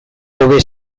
hobe